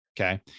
Okay